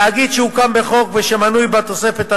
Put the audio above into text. תאגיד שהוקם בחוק ושמנוי בתוספת הראשונה,